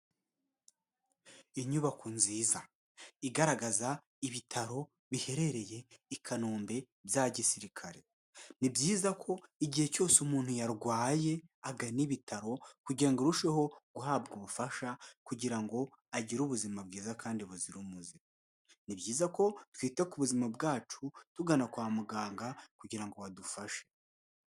Inyubako nziza igaragaza ibitaro biherereye i Kanombe bya gisirikare, ni byiza ko igihe cyose umuntu yarwaye agana nibitaro kugirango ngo irusheho guhabwa ubufasha kugira ngo agire ubuzima bwiza kandi buzira umuze, ni byiza ko twita ku buzima bwacu tugana kwa muganga kugira ngo badufashe